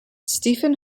stefan